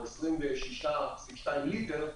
22 ליטר,